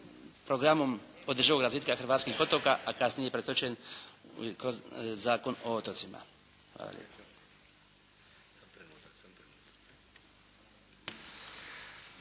programom održivog razvitka hrvatskih otoka, a kasnije pretočen kroz Zakon o otocima. Hvala